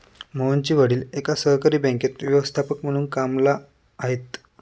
मोहनचे वडील एका सहकारी बँकेत व्यवस्थापक म्हणून कामला आहेत